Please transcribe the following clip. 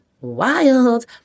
wild